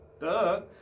Duh